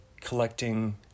collecting